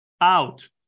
out